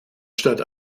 statt